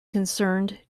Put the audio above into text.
concerned